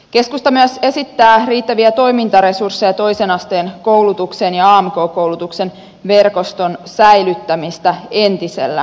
keskusta myös esittää riittäviä toimintaresursseja toisen asteen koulutukseen ja amk koulutuksen verkoston säilyttämistä entisellään